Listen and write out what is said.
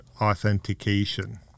authentication